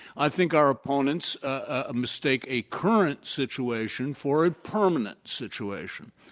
i think our opponents ah mistake a current situation for a permanent situation.